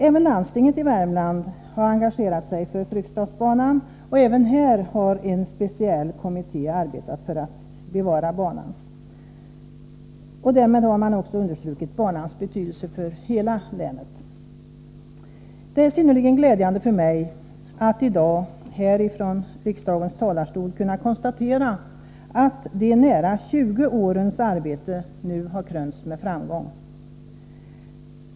Även landstinget i Värmland har engagerat sig för Fryksdalsbanan, och också här har en speciell kommitté arbetat för att bevara banan. Därmed har man också understrukit banans betydelse för hela länet. Det är synnerligen glädjande för mig att i dag här från riksdagens talarstol kunna konstatera att nära 20 års arbete nu har krönts med framgång.